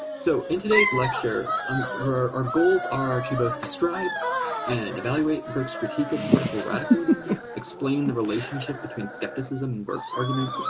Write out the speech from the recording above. so in today's lecture i'm for our goals are to both describe and evaluate brooks critique of political radicalism explain the relationship between skepticism and burke's argument.